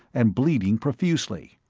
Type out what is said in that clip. and bleeding profusely.